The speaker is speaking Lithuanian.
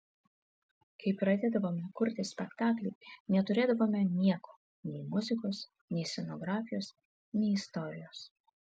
kai pradėdavome kurti spektaklį neturėdavome nieko nei muzikos nei scenografijos nei istorijos